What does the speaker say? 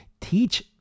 teach